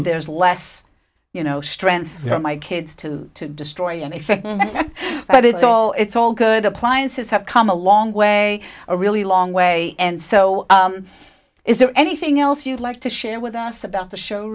there's less you know strength from my kids to destroy anything but it's all it's all good appliances have come a long way a really long way and so is there anything else you'd like to share with us about the show